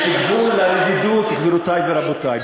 יש גבול גם למה שאפשר לשמוע.